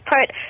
put